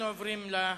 אנחנו עוברים להצבעה.